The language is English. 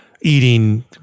eating